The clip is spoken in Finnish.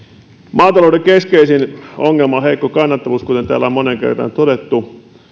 maatalouden keskeisin ongelma on heikko kannattavuus kuten täällä on moneen kertaan todettu